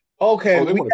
okay